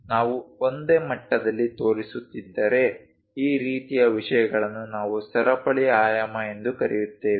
ನಾವು ಒಂದೇ ಮಟ್ಟದಲ್ಲಿ ತೋರಿಸುತ್ತಿದ್ದರೆ ಈ ರೀತಿಯ ವಿಷಯಗಳನ್ನು ನಾವು ಸರಪಳಿ ಆಯಾಮ ಎಂದು ಕರೆಯುತ್ತೇವೆ